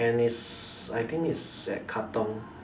and it's I think it's at Katong